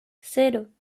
cero